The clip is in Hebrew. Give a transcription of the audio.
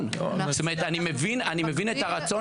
אני מבין את הרצון שלכם.